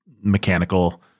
mechanical